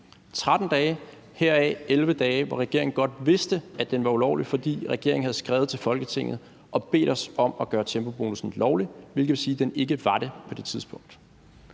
13 dage, heraf 11 dage, hvor regeringen godt vidste, at den var ulovlig, fordi regeringen havde skrevet til Folketinget og bedt os om at gøre tempobonussen lovlig, hvilket vil sige, at den ikke var det på det tidspunkt.